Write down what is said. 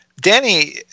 danny